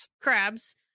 crabs